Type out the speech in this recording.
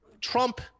Trump